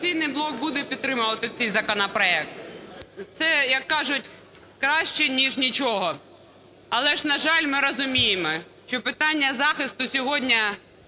"Опозиційний блок" буде підтримувати цей законопроект, це, як кажуть, краще ніж нічого. Але ж, на жаль, ми розуміємо, що питання захисту сьогодні